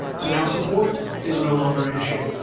so now support is no longer an issue.